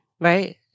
right